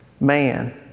man